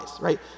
right